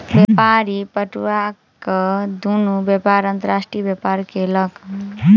व्यापारी पटुआक दुनू प्रकारक अंतर्राष्ट्रीय व्यापार केलक